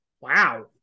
Wow